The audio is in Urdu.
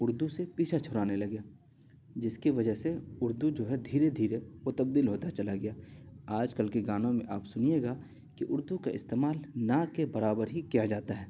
اردو سے پیچھا چھڑانے لگے جس کی وجہ سے اردو جو ہے دھیرے دھیرے وہ تبدیل ہوتا چلا گیا آج کل کے گانوں میں آپ سنیے گا کہ اردو کا استعمال نہ کے برابر ہی کیا جاتا ہے